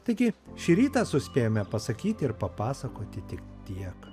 taigi šį rytą suspėjome pasakyti ir papasakoti tik tiek